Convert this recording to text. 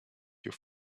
your